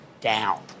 down